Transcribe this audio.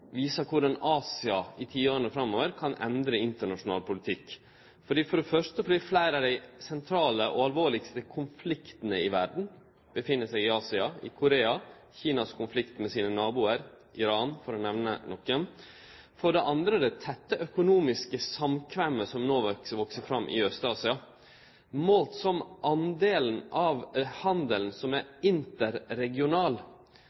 viser korleis Asia i tiåra framover kan endre internasjonal politikk, for det første fordi fleire av dei sentrale og dei alvorlegaste konfliktane i verda føregår i Asia – i Korea, Kinas konflikt med sine naboar, i Iran, for å nemne nokre. For det andre det tette økonomiske samkvemmet som no veks fram i Aust-Asia, målt som den delen av handelen som